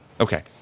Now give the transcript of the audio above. Okay